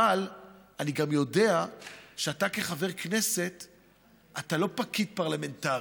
אבל אני גם יודע שכחבר כנסת אתה לא פקיד פרלמנטרי,